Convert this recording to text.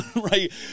right